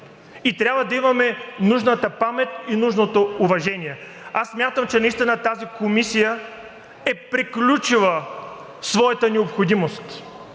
и трябва да имаме нужната памет и нужното уважение. Смятам, че тази комисия е приключила своята необходимост